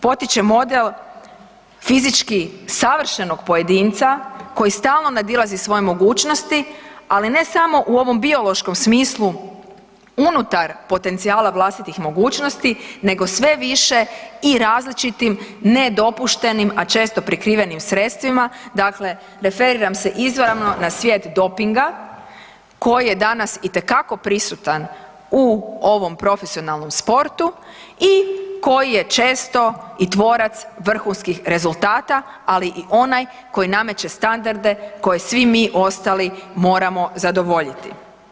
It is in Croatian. Potiče model fizički savršenog pojedinca koji stalno nadilazi svoje mogućnosti ali ne samo u ovom biološkom smislu unutar potencijala vlastitih mogućnosti nego sve više i različitim, nedopuštenim a često prikrivenim sredstvima, dakle referiram se ... na svijet dopinga koji je danas itekako prisutan u ovom profesionalnom sportu i koji je često i tvorac vrhunskih rezultata ali i onaj koji nameće standarde koje svi mi ostali moramo zadovoljiti.